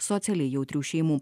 socialiai jautrių šeimų